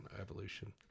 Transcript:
evolution